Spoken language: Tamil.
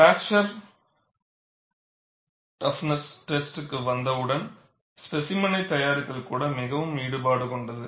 பிராக்சர் டஃப்னஸ் டெஸ்ட்க்கு வந்தவுடன் ஸ்பேசிமெனை தயாரித்தல் கூட மிகவும் ஈடுபாடு கொண்டது